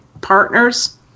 partners